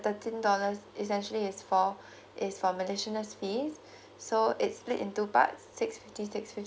thirteen dollars is actually is for it's for miscellaneous fees so it's split into parts six fifty six fifty